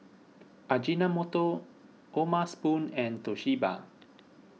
Ajinomoto O'ma Spoon and Toshiba